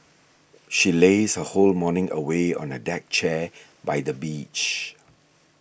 she lazed her whole morning away on a deck chair by the beach